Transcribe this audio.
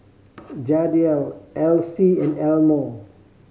Jadiel Alcee and Elmo